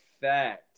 fact